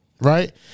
Right